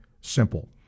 simple